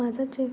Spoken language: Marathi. माझाच एक